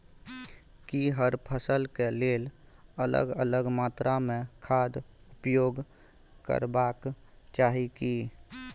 की हर फसल के लेल अलग अलग मात्रा मे खाद उपयोग करबाक चाही की?